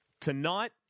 tonight